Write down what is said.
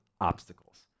obstacles